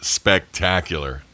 spectacular